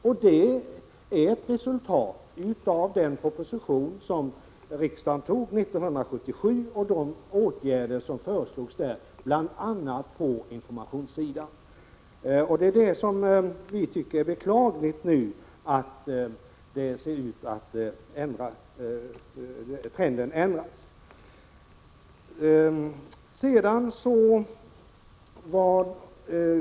Det är ett resultat av de åtgärder på bl.a. informationsområdet som föreslogs i den proposition som riksdagen antog 1977. Vi tycker att det är beklagligt att den trenden nu ser ut att brytas.